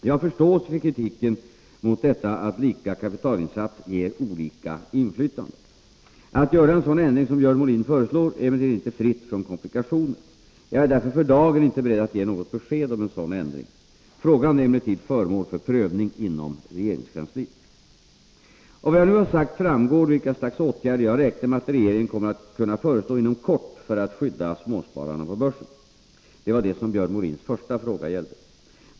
Jag har förståelse för kritiken mot detta att lika kapitalinsats ger olika inflytande. Att göra en sådan ändring som Björn Molin föreslår är emellertid inte fritt från komplikationer. Jag är därför för dagen inte beredd att ge något besked om en sådan ändring. Frågan är emellertid föremål för prövning inom regeringskansliet. Av vad jag nu har sagt framgår vilka slags åtgärder jag räknar med att regeringen kommer att kunna föreslå inom kort för att skydda småspararna på börsen. Det var det som Björn Molins första fråga gällde.